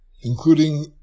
including